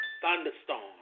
thunderstorm